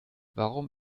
warum